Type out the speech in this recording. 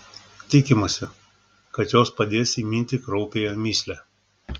tikimasi kad jos padės įminti kraupiąją mįslę